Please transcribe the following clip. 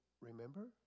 Remember